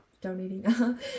donating